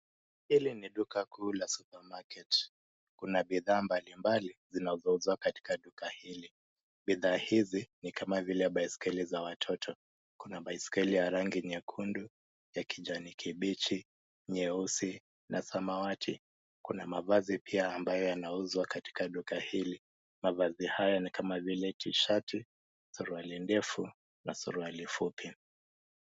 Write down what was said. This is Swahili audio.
Hili ni duka kuu la [cs[Supermarket , kuna bidhaa mbalimbali zinazouzwa katika duka hili. Bidhaa hizi ni kama vile baiskeliza watoto. Kuna baiskeli ya rangi nyekundu, ya kijani kibichi, nyeusi na samawati. Kuna mavazi pia ambayo yanauzwa katika duka hili. Mavazi haya ni kama vile T-shirt , suruali ndefu na suruali fupi.